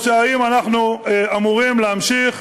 או שאנחנו אמורים להמשיך